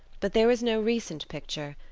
but there was no recent picture,